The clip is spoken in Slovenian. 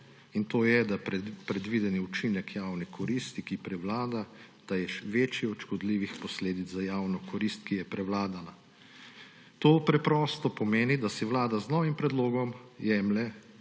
in to je, da je predvideni učinek javne koristi, ki prevlada, večji od škodljivih posledic za javno korist, ki je prevladala. To preprosto pomeni, da si Vlada z novim predlogom jemlje